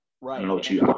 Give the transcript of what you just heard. Right